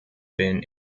been